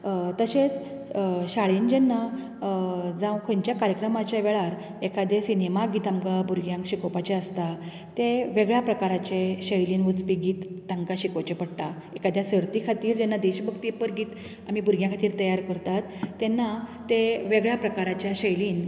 तशेंच शाळेंत जेन्ना जावं खंयच्याय कार्यक्रमाचे वेळार एखादें सिनेमा गितां आमकां भुरग्यांक शिकोवपाचे आसता तें वेगळ्या प्रकाराचें शैलीन वचपी गीत तांकां शिकोवचें पडटा एखाद्या सर्ती खातीर जेन्ना देशभक्तीपर गीत आमी भुरग्यां खातीर तयार करतात तेन्ना ते वेगळ्या प्रकाराच्या शैलीन